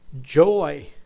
joy